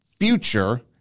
future